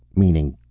meaning,